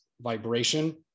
vibration